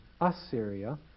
Assyria